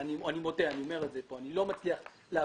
אני מודה ואני אומר כאן שאני לא מצליח להבין